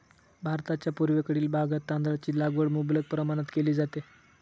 भारताच्या पूर्वेकडील भागात तांदळाची लागवड मुबलक प्रमाणात केली जाते